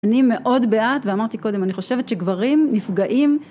אני מאוד בעד, ואמרתי קודם, אני חושבת שגברים נפגעים